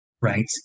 right